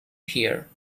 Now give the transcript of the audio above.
here